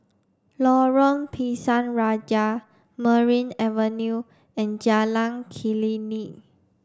Lorong Pisang Raja Merryn Avenue and Jalan Klinik